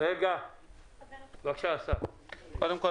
קודם כול,